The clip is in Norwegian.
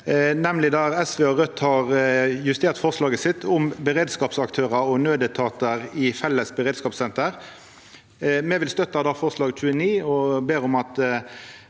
SV og Raudt har justert forslaget sitt om beredskapsaktørar og nødetatar i felles beredskapssenter. Me vil støtta forslag nr. 29 og ber om at